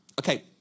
Okay